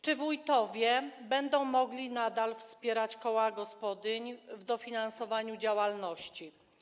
Czy wójtowie będą mogli nadal wspierać koła gospodyń, dofinansowywać ich działalność?